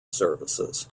services